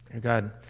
God